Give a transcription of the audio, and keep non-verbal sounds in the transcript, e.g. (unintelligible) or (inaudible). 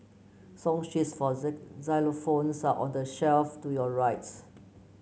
song sheets for (unintelligible) xylophones are on the shelf to your right